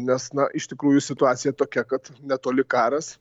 nes na iš tikrųjų situacija tokia kad netoli karas